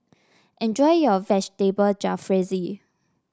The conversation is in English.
enjoy your Vegetable Jalfrezi